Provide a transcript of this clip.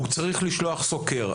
הוא צריך לשלוח סוקר.